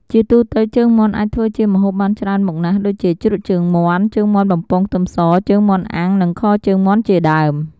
ជាទូទៅជើងមាន់អាចធ្វើជាម្ហូបបានច្រើនមុខណាស់ដូចជា ជ្រក់ជើងមាន់ ជើងមាន់បំពងខ្ទឹមស ជើងមាន់អាំង និងខជើងមាន់ជាដើម។